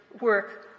work